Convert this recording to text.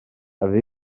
dafydd